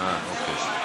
עכשיו כן, אוקיי,